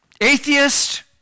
atheist